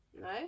No